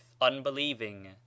unbelieving